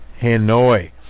Hanoi